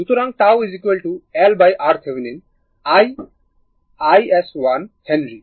সুতরাং τ LRThevenin l iS1 Henry